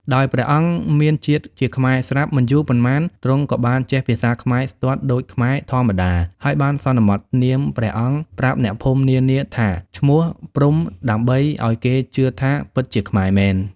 ដោយព្រះអង្គមានជាតិជាខ្មែរស្រាប់ មិនយូរប៉ុន្មាន ទ្រង់ក៏បានចេះភាសាខ្មែរស្ទាត់ដូចខ្មែរធម្មតា ហើយបានសន្មតនាមព្រះអង្គប្រាប់អ្នកភូមិនានាថាឈ្មោះ ព្រហ្មដើម្បីឲ្យគេជឿថាពិតជាខ្មែរមែន ។